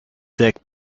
sick